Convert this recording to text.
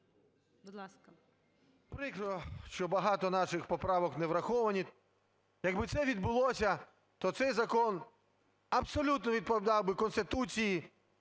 Прикро, що багато наших поправок не враховані. Якби це відбулося, то цей закон абсолютно відповідав би Конституції